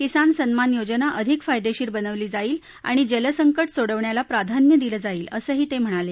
किसान सन्मान योजना अधिक फायदेशीर बनवली जाईल आणि जलसंकट सोडवण्याला प्राधान्य दिलं जाईल असंही ते म्हणाले